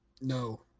No